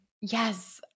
Yes